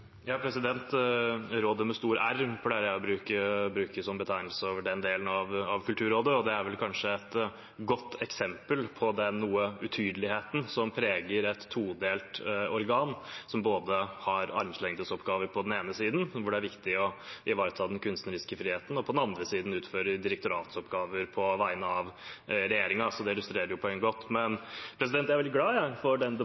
Rådet – med stor R – pleier jeg å bruke som betegnelse på den delen av Kulturrådet. Det er kanskje et godt eksempel på noe av den utydeligheten som preger et todelt organ, som på den ene siden har armlengdes avstand-oppgaver, hvor det er viktig å ivareta den kunstneriske friheten, og som på den andre siden utfører direktoratsoppgaver på vegne av regjeringen. Det illustrerer jo poenget godt. Jeg er veldig glad for den